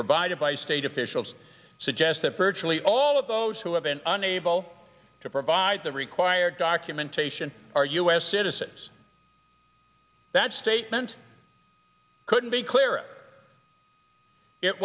provided by state officials suggest that virtually all of those who have been unable to provide the required documentation are u s citizens that statement couldn't be clearer i